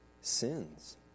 sins